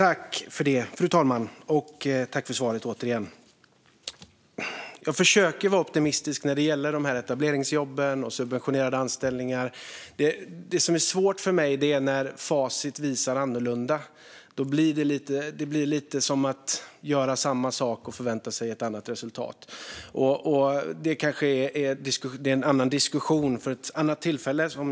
Fru talman! Jag tackar återigen ministern för svaret. Jag försöker vara optimistisk när det gäller etableringsjobben och subventionerade anställningar. Men det blir svårt för mig när facit visar annorlunda. Då blir det lite som att göra samma sak och förvänta sig ett annat resultat. Men frågan om subventionerade anställningar kanske ska diskuteras vid ett annat tillfälle.